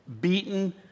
beaten